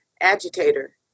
agitator